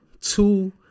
two